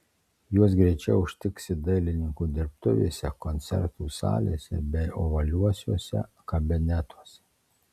juos greičiau užtiksi dailininkų dirbtuvėse koncertų salėse bei ovaliuosiuose kabinetuose